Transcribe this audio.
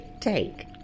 take